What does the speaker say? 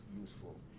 useful